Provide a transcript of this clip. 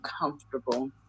comfortable